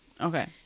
Okay